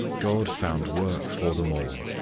god found work for them all.